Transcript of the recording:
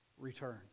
return